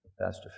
Pastor